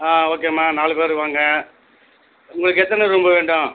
ஆ ஓகேம்மா நாலு பேரு வாங்க உங்களுக்கு எத்தனை ரூம்பு வேண்டும்